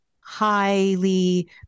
highly